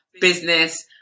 business